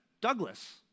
Douglas